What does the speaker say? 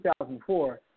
2004